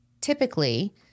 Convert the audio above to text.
typically